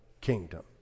kingdom